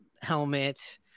helmet